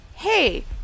Hey